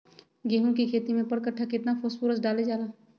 गेंहू के खेती में पर कट्ठा केतना फास्फोरस डाले जाला?